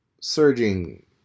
surging